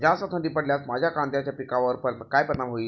जास्त थंडी पडल्यास माझ्या कांद्याच्या पिकावर काय परिणाम होईल?